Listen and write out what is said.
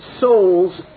souls